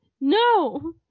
no